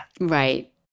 Right